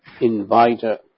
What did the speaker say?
Inviter